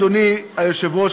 אדוני היושב-ראש,